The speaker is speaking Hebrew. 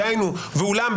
דהיינו: ואולם,